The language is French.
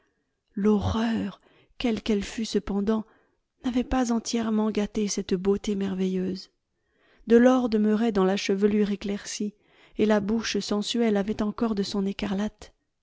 l'horreur quelle qu'elle fût cependant n'avait pas entièrement gâté cette beauté merveilleuse de l'or demeurait dans la chevelure éclaircie et la bouche sensuelle avait encore de son écarlate